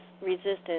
resistance